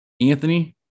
Anthony